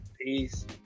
Peace